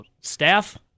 staff